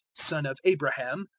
son of abraham,